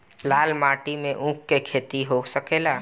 लाल माटी मे ऊँख के खेती हो सकेला?